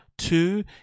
Two